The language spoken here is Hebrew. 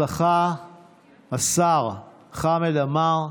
בהצלחה, השר חמד עמאר.